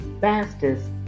Fastest